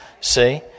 See